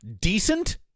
Decent